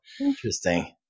Interesting